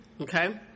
Okay